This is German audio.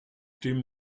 dem